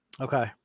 Okay